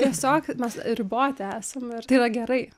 tiosiog mes riboti esame ir tai yra gerai